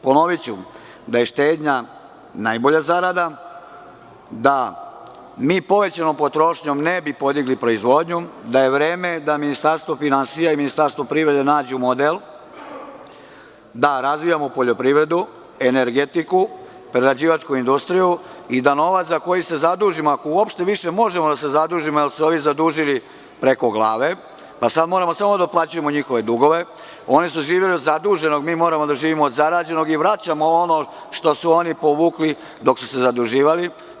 Ponoviću da je štednja najbolja zarada, da mi povećanom potrošnjom ne bi podigli proizvodnju, da je vreme da Ministarstvo finansija i Ministarstvo privrede nađu model da razvijamo poljoprivredu, energetiku, prerađivačku industriju, i da novac za koji se zadužimo, ako uopšte više možemo da se zadužimo, jer su se ovi zadužili preko glave, pa sada moramo samo da otplaćujemo njihove dugove, oni su živeli od zaduženog, mi moramo da živimo od zarađenog i vraćamo ono što su oni povukli dok su se zaduživali.